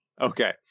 Okay